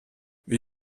wie